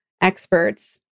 experts